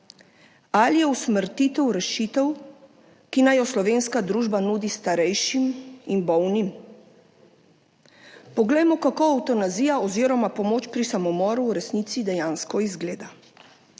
Ali je usmrtitev rešitev, ki naj jo slovenska družba nudi starejšim in bolnim? Poglejmo, kako evtanazija oziroma pomoč pri samomoru v resnici dejansko izgleda.